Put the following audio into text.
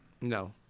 No